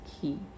key